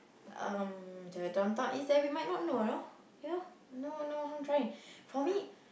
um the Downtown East there we might not know you know you know no no harm trying for me